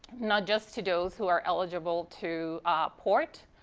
not just to those who are eligible to port,